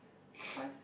cause